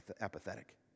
apathetic